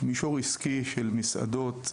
מישור עסקי של מסעדות,